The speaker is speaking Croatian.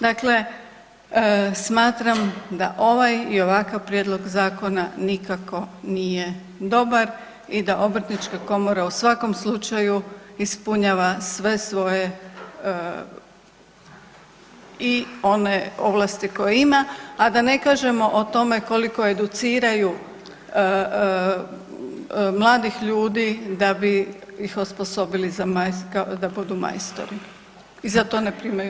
Dakle, smatram da ovaj i ovakav prijedlog zakona nikako nije dobar i da obrtnička komora u svakom slučaju ispunjava sve svoje i one ovlasti koje ima, a da ne kažemo o tome koliko educiraju mladih ljudi da bi ih osposobili da budu majstori i za to ne primaju naknadu.